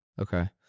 Okay